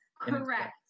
Correct